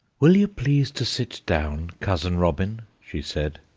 will you please to sit down, cousin robin, she said,